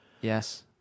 yes